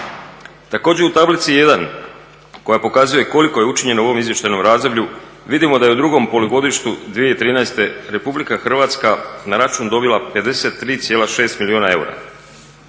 Također, u tablici 1. koja pokazuje koliko je učinjeno u ovom izvještajnom razdoblju vidimo da je u drugom polugodištu 2013. RH na račun dobila 53,6 milijuna eura.